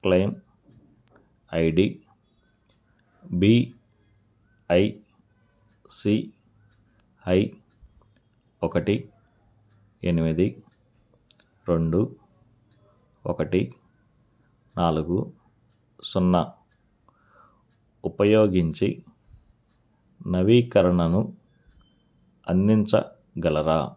claim ID BICI ఒకటి ఎనిమిది రెండు ఒకటి నాలుగు సున్నా ఉపయోగించి నవీకరణను అందించగలరా